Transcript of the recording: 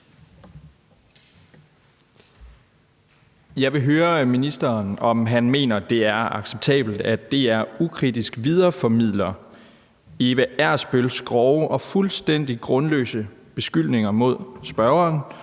Jeg vil høre, om ministeren mener, at det er acceptabelt, at DR ukritisk videreformidler Eva Ersbølls grove og fuldstændig grundløse beskyldninger mod spørgeren